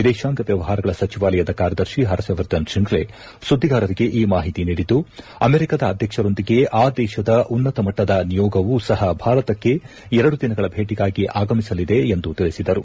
ವಿದೇಶಾಂಗ ವ್ಯವಹಾರಗಳ ಸಚಿವಾಲಯದ ಕಾರ್ಯದರ್ಶಿ ಹರ್ಷವರ್ಧನ್ ಶ್ರಿಂಗ್ಲ ಸುದ್ದಿಗಾರರಿಗೆ ಈ ಮಾಹಿತಿ ನೀಡಿದ್ದು ಅಮೆರಿಕದ ಅಧ್ಯಕ್ಷರೊಂದಿಗೆ ಆ ದೇಶದ ಉನ್ನತ ಮಟ್ಟದ ನಿಯೋಗವೂ ಸಹ ಭಾರತಕ್ಕೆ ಎರಡು ದಿನಗಳ ಭೇಟಿಗಾಗಿ ಆಗಮಿಸಲಿದೆ ಎಂದು ತಿಳಿಸಿದರು